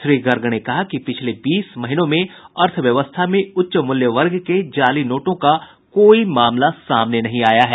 श्री गर्ग ने कहा कि पिछले बीस महीनों में अर्थव्यवस्था में उच्च मूल्यवर्ग के जाली नोटों का कोई मामला सामने नहीं आया है